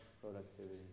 productivity